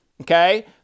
Okay